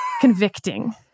convicting